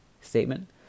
statement